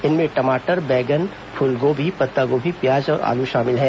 इनमें टमाटर बैगन फूलगोभी पत्तागोर्भी प्याज और आलू शामिल हैं